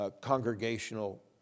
congregational